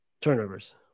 Turnovers